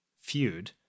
feud